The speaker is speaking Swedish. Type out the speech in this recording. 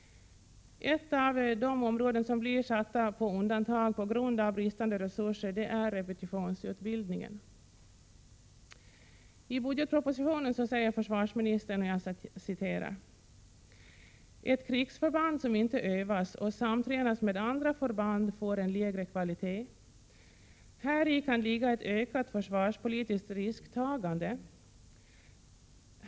Ett av de områden som blir satta på undantag på grund av bristande resurser är repetitionsutbildningen. I budgetpropositionen säger försvarsministern: ”Ett krigsförband som inte övas och samtränas med andra förband får en lägre kvalitet. Häri kan ligga ett ökat försvarspolitiskt risktagande.